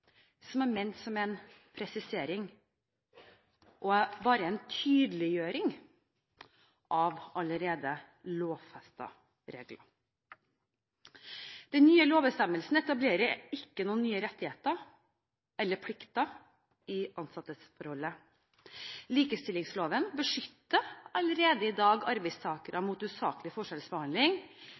kun er ment som en presisering og tydeliggjøring av allerede lovfestede regler. Den nye lovbestemmelsen etablerer ingen nye rettigheter eller plikter i ansettelsesforholdet. Likestillingsloven beskytter allerede i dag arbeidstakere mot usaklig forskjellsbehandling